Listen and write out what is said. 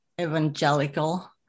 evangelical